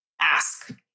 ask